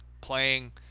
playing